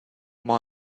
more